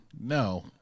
no